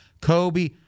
Kobe